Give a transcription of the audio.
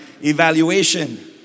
evaluation